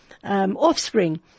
Offspring